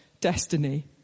destiny